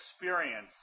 experience